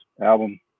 album